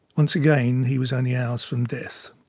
once again, he was only hours from death.